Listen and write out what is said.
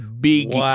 big